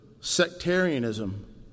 sectarianism